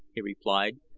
he replied,